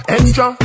Extra